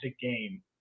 game